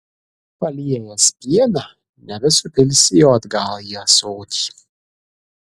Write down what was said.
paliejęs pieną nebesupilsi jo atgal į ąsotį